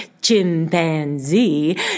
chimpanzee